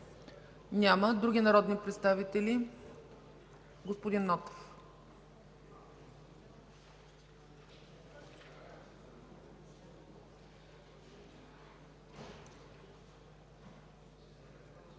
Няма. Други народни представители? Господин Нотев.